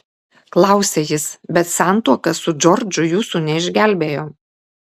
klausia jis bet santuoka su džordžu jūsų neišgelbėjo